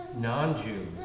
non-Jews